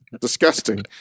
Disgusting